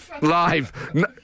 Live